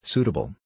Suitable